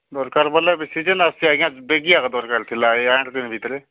ଦରକାର ବୋଲେ ବି ସିଜିନ୍ ଆସୁଛି ଆଜ୍ଞା ବେଗିି ଏକା ଦରକାର ଥିଲା ଏଇ ଆଠ ଦିନ ଭିତରେ